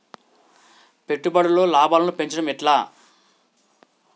పెట్టుబడులలో లాభాలను పెంచడం ఎట్లా?